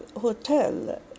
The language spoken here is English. hotel